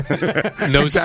No